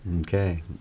Okay